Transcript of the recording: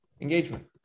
engagement